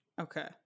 okay